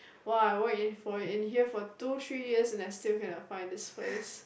!wah! I work in for in here for two three years and I still cannot find this place